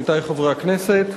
עמיתי חברי הכנסת,